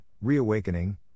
reawakening